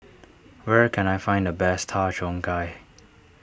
where can I find the best Har Cheong Gai